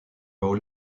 role